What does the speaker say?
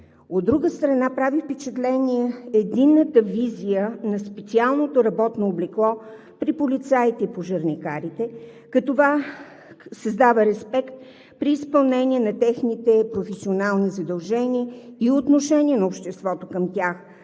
От друга страна, прави впечатление единната визия на специалното работно облекло при полицаите и пожарникарите, като това създава респект при изпълнение на техните професионални задължения и отношение на обществото към тях,